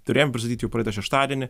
turėjom pristatyti jau praeitą šeštadienį